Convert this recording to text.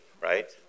right